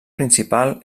principal